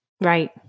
Right